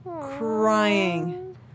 crying